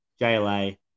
JLA